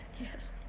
Yes